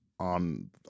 On